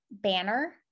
banner